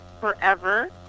Forever